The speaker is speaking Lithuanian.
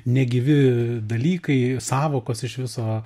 negyvi dalykai sąvokos iš viso